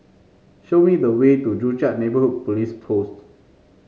show me the way to Joo Chiat Neighbourhood Police Post